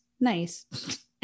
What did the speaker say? nice